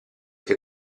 che